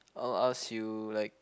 I'll ask you like